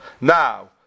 Now